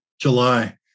July